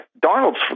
Donald's